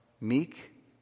meek